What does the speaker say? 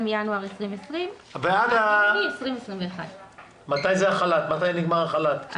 מינואר 2020 עד יוני 2021. מתי נגמר החל"ת?